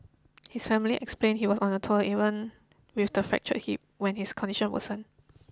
his family explained he was on the tour even with the fractured hip when his condition worsened